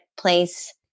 place